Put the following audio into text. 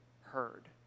heard